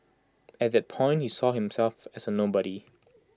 at that point he saw himself as A nobody